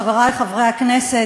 חברי חברי הכנסת,